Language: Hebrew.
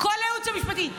וכל הייעוץ המשפטי.